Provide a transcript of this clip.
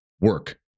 work